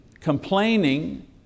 complaining